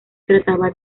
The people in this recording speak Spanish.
trataba